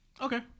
Okay